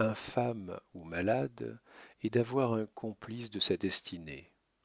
infâme ou malade est d'avoir un complice de sa destinée